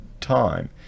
time